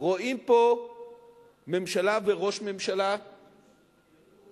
רואים פה ממשלה וראש ממשלה שמצליחים,